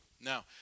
now